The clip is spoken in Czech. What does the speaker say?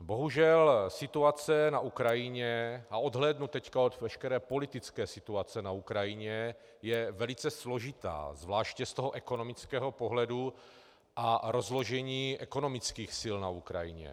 Bohužel situace na Ukrajině, a teď odhlédnu od veškeré politické situace na Ukrajině, je velice složitá, zvláště z ekonomického pohledu a rozložení ekonomických sil na Ukrajině.